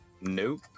Nope